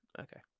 Okay